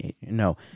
no